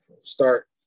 start